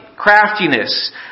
Craftiness